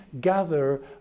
gather